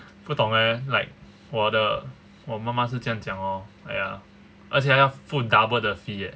不懂 leh like 我的我妈妈是这样讲 lor !aiya! 而且要复 double 的 fee leh